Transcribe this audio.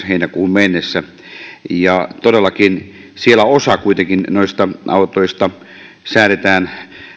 heinäkuuhun mennessä todellakin osa kuitenkin noista autoista säädetään